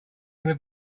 gonna